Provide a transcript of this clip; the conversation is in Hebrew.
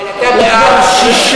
אבל אתה בעד חוק הרציפות?